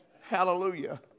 Hallelujah